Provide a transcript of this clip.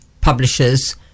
publishers